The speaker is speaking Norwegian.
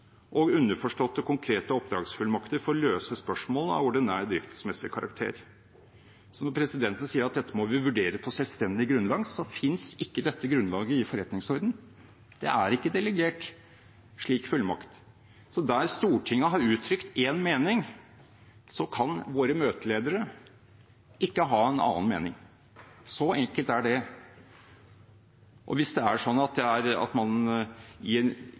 og underforståtte, konkrete oppdragsfullmakter for å løse spørsmål av ordinær, driftsmessig karakter. Når presidenten sier at dette må vi vurdere på selvstendig grunnlag, finnes ikke dette grunnlaget i forretningsordenen. Det er ikke delegert slik fullmakt. Der Stortinget har uttrykt én mening, kan våre møteledere ikke ha en annen mening. Så enkelt er det. Og hvis det er slik at man i en